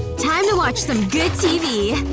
time to watch some good tv and